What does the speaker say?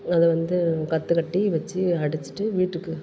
அதை வந்து கற்றுக்கட்டி வச்சி அடிச்சிட்டு வீட்டுக்கு